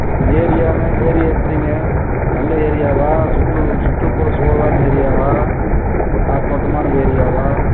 இந்த ஏரியான்னால் ஏரியா எப்படிங்க நல்ல ஏரியாவா சுற்று சுற்றுப்புற சூழலான ஏரியாவா காற்றாேட்டமான ஏரியாவா